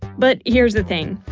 but here's the thing.